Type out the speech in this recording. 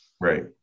Right